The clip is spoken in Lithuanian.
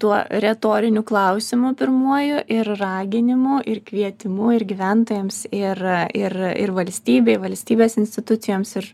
tuo retoriniu klausimu pirmuoju ir raginimu ir kvietimu ir gyventojams ir ir ir valstybei valstybės institucijoms ir